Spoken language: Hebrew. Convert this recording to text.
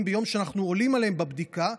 ביום שאנחנו עולים עליהם בבדיקה,